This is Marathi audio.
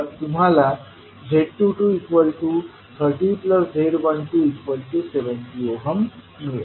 तर तुम्हाला z22 30 z12 70 मिळेल